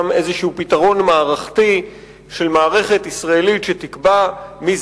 גם פתרון מערכתי כלשהו של מערכת ישראלית